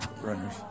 runners